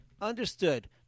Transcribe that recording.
Understood